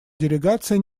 делегация